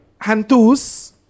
Hantus